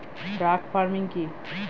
Truck farming কি?